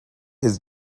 his